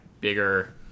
bigger